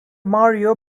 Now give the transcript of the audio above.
mario